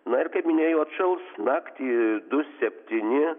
na ir kaip minėjau atšals naktį du septyni